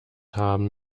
haben